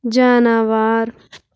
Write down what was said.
جاناوار